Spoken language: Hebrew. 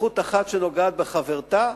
סמכות אחת שנוגעת בחברתה.